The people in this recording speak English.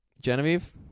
Genevieve